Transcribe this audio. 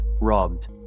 robbed